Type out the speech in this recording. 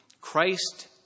Christ